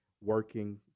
working